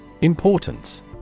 Importance